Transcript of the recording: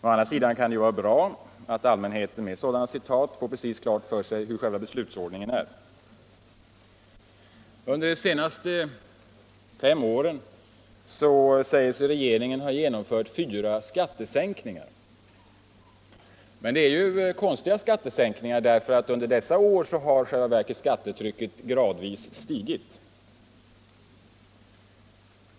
Å andra sidan kan det ju vara bra att allmänheten med sådana citat får precis klart för sig hur själva beslutsordningen är. Under de senaste fem åren säger sig regeringen ha genomfört fyra skattesänkningar. Men det är konstiga skattesänkningar, därför att under dessa år har i själva verket skattetrycket gradvis stigit.